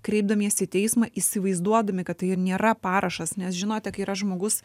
kreipdamiesi į teismą įsivaizduodami kad tai nėra parašas nes žinote kai yra žmogus